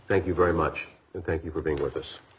thank you very much thank you for being with us